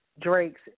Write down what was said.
Drake's